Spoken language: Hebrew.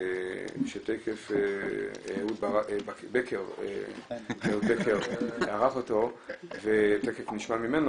שאהוד בקר ערך אותו ותיכף נשמע ממנו,